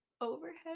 overhead